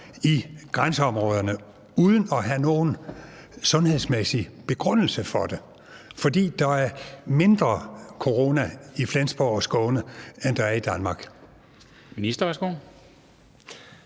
i grænseområderne uden at have nogen sundhedsmæssig begrundelse for det. For der er mindre corona i Flensborg og Skåne, end der er i Danmark. Kl.